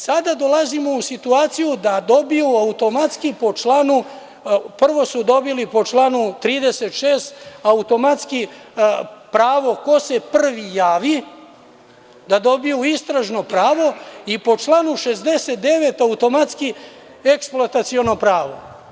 Sada dolazimo u situaciju da dobiju automatski po članu, prvo su dobili po članu 36. automatski pravo ko se prvi javi da dobije istražno pravo, a po članu 69. automatski eksploataciono pravo.